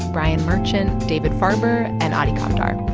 brian merchant, david farber and adi kamdar.